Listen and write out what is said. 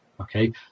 Okay